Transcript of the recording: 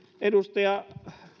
edustaja